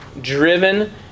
driven